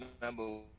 remember